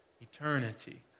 eternity